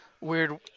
Weird